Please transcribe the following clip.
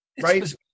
right